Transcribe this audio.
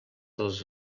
dels